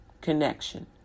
connection